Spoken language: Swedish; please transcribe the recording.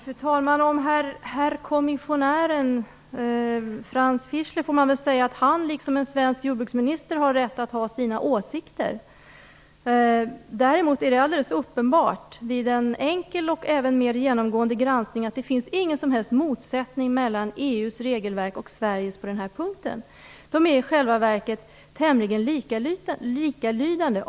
Fru talman! Om herr kommissionären Franz Fischler får man väl säga att han, liksom en svensk jordbruksminister, har rätt att ha sina åsikter. Däremot är det alldeles uppenbart att det vid en enkel, och även vid en mer genomgående granskning inte finns någon som helst motsättning mellan EU:s regelverk och Sveriges på den här punkten. De är i själva verket tämligen likalydande.